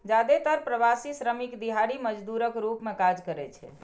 जादेतर प्रवासी श्रमिक दिहाड़ी मजदूरक रूप मे काज करै छै